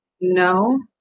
No